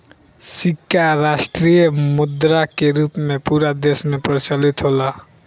सिक्का राष्ट्रीय मुद्रा के रूप में पूरा देश में प्रचलित होला